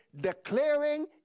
declaring